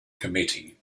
committee